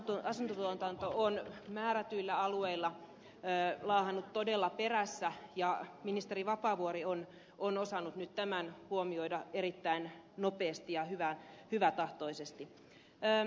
sosiaalinen asuntotuotanto on määrätyillä alueilla laahannut todella perässä ja ministeri vapaavuori on osannut nyt tämän huomioida erittäin nopeasti ja hyvätahtoisesti